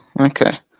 okay